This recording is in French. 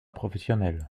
professionnel